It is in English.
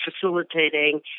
facilitating